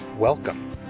Welcome